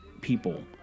people